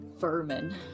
vermin